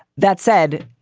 that said,